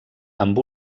amb